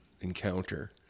encounter